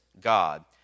God